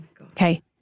Okay